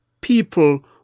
people